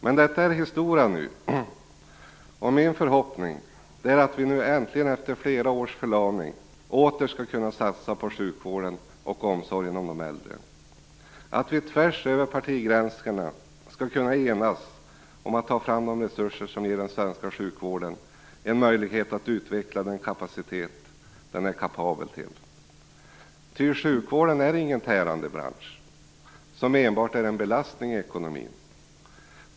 Men detta är historia nu, och min förhoppning är att vi äntligen, efter flera års förlamning, åter skall kunna satsa på sjukvården och omsorgen om de äldre, att vi tvärs över partigränserna skall kunna enas om att ta fram de resurser som ger den svenska sjukvården en möjlighet att utveckla den kapacitet den är kapabel till. Ty sjukvården är ingen tärande bransch, som enbart är en belastning i ekonomin.